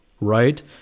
Right